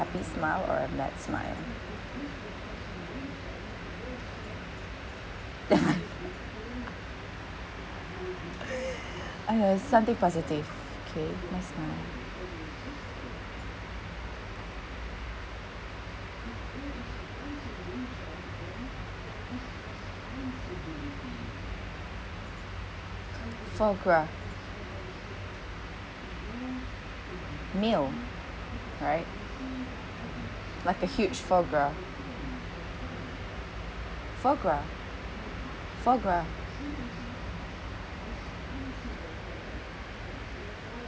happy smile or a bad smile I've something positive okay my smile foie gras meal right like a huge foie gras foie gras foie gras